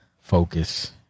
focus